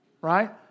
right